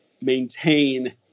maintain